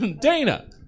Dana